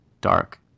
dark